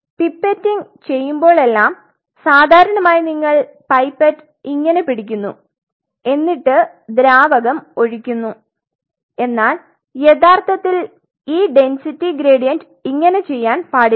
pipetting ചെയുമ്പോളെല്ലാം സാധാരണമായി നിങ്ങൾ പൈപ്പറ്റ് ഇങ്ങനെ പിടിക്കുന്നു എന്നിട്ട് ദ്രാവകം ഒഴിക്കുന്നു എന്നാൽ യഥാർത്ഥത്തിൽ ഈ ഡെന്സിറ്റി ഗ്രേഡിയന്റ് ഇങ്ങനെ ചെയ്യാൻ പാടില്ല